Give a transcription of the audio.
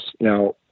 Now